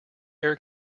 air